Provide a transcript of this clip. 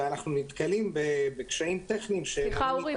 -- ואנחנו נתקלים בקשיים טכניים -- סליחה אורי,